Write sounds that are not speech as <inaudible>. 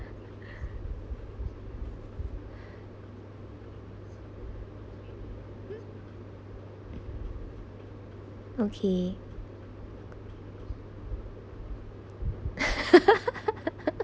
okay <laughs>